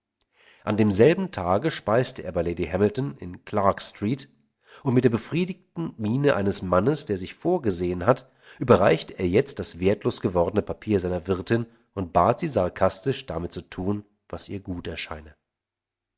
an demselben tage speiste er bei lady hamilton in clarges street und mit der befriedigten miene eines mannes der sich vorgesehen hat überreichte er jetzt das wertlos gewordene papier seiner wirtin und bat sie sarkastisch damit zu tun was ihr gut erscheine